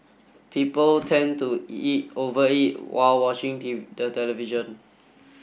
people tend to eat over eat while watching the television